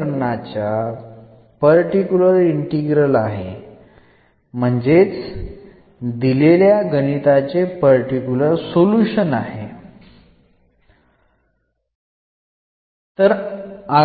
ഒരു particular integral അതായത് ഒരു പ്രത്യേക സൊലൂഷൻ ആണിത്